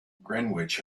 greenwich